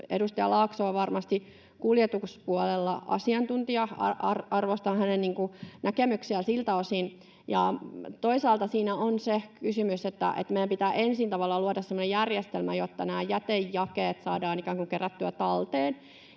Edustaja Laakso on varmasti kuljetuspuolella asiantuntija, arvostan hänen näkemyksiään siltä osin. Toisaalta siinä on se kysymys, että meidän pitää ensin tavallaan luoda semmoinen järjestelmä, että nämä jätejakeet saadaan ikään kuin kerättyä talteen